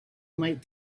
might